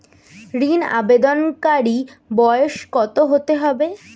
ঋন আবেদনকারী বয়স কত হতে হবে?